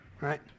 right